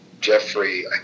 Jeffrey